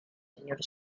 señor